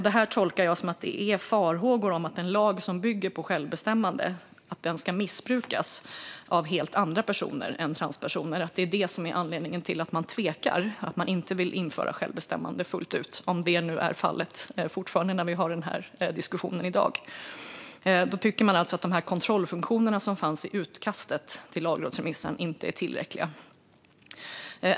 Detta tolkar jag som att det finns farhågor om att en lag som bygger på självbestämmande ska missbrukas av helt andra personer än transpersoner och att det är anledningen till att man tvekar och inte vill införa självbestämmande fullt ut - om detta fortfarande är fallet när vi har denna diskussion i dag. Då tycker man alltså att de kontrollfunktioner som fanns i utkastet till lagrådsremissen inte är tillräckliga.